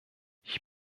ich